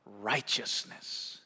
righteousness